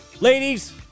ladies